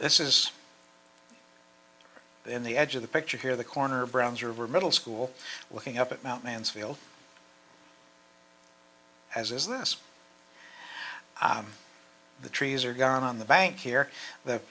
this is in the edge of the picture here the corner browns your were middle school looking up at mount mansfield as is this i'm the trees are gone on the bank here the